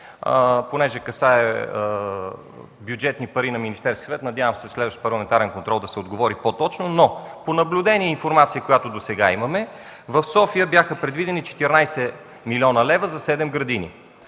Понеже касае бюджетни пари на Министерския съвет, надявам се в следващ парламентарен контрол да се отговори по-точно. По наблюдение и информация, която досега имаме, в София бяха предвидени 14 млн. лв. за седем градини.